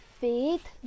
faith